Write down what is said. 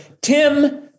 Tim